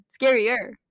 Scarier